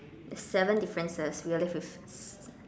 it's seven differences we're left with